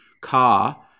car